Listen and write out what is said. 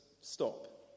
stop